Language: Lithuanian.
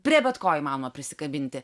prie bet ko įmanoma prisikabinti